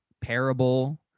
parable